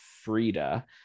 frida